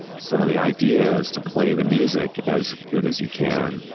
so the idea is to play the music as good as you can,